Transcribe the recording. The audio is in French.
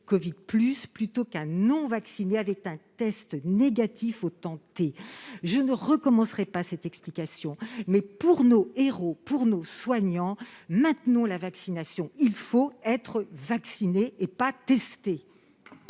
positif plutôt qu'un non-vacciné avec un test négatif à un instant t ; je ne recommencerai pas cette explication. Pour nos héros, pour nos soignants, maintenons la vaccination : il faut être vacciné, et non pas